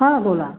बोला